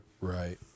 Right